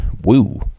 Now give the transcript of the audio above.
Woo